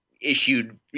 issued